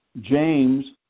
James